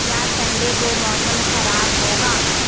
کیا سنڈے کو موسم خراب ہوگا